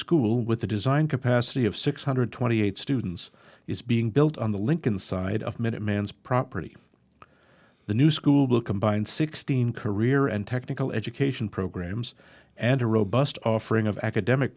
school with the design capacity of six hundred twenty eight students is being built on the lincoln side of minute man's property the new school will combine sixteen career and technical education programs and a robust offering of academic